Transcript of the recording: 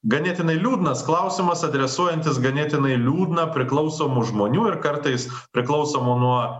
ganėtinai liūdnas klausimas adresuojantis ganėtinai liūdną priklausomų žmonių ir kartais priklausomų nuo